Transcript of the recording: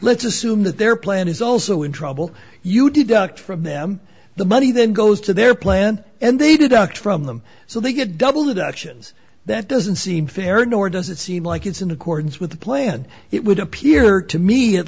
let's assume that their plan is also in trouble you deduct from them the money then goes to their plan and they deduct from them so they get double deductions that doesn't seem fair nor does it seem like it's in accordance with the plan it would appear to me at